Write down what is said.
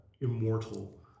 immortal